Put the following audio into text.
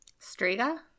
Striga